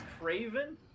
craven